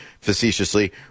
facetiously